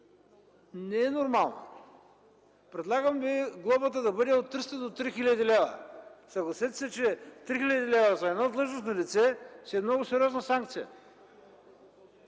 не е нормална. Предлагам глобата да бъде от 300 до 3000 лв. Съгласете се, че 3000 лв. за едно длъжностно лице си е една много сериозна санкция.